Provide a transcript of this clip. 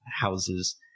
houses